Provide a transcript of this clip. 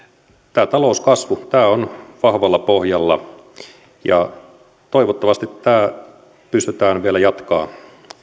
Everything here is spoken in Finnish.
tämä talouskasvu on vahvalla pohjalla toivottavasti tätä pystytään vielä jatkamaan